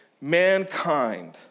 mankind